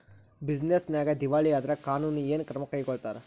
Business ನ್ಯಾಗ ದಿವಾಳಿ ಆದ್ರ ಕಾನೂನು ಏನ ಕ್ರಮಾ ಕೈಗೊಳ್ತಾರ?